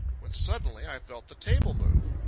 when suddenly i felt the table move.